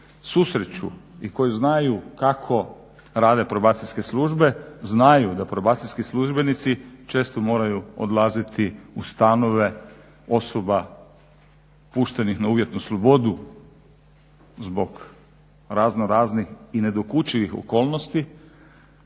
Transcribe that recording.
i koji znaju kako rade probacijske službe znaju da probacijski službenici često moraju odlaziti u stanove osoba puštenih na uvjetnu slobodu zbog raznoraznih i nedokučivih okolnosti